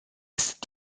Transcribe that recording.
ist